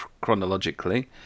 chronologically